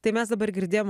tai mes dabar girdėjom